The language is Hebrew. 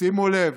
שימו לב: